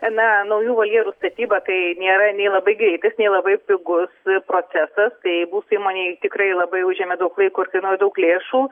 na naujų voljerų statyba tai nėra nei labai greitas nei labai pigus procesas tai mūsų įmonei tikrai labai užėmė daug laiko ir kainuoja daug lėšų